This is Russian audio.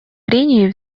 прений